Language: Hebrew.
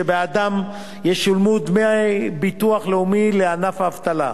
שבעדם ישולמו דמי ביטוח לאומי לענף האבטלה,